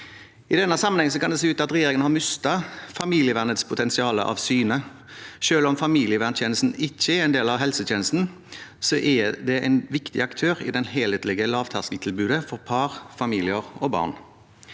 I den sammenheng kan det se ut til at regjeringen har mistet familievernets potensial av syne. Selv om familieverntjenesten ikke er en del av helsetjenesten, er det en viktig aktør i det helhetlige lavterskeltilbudet for par, familier og barn.